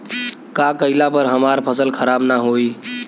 का कइला पर हमार फसल खराब ना होयी?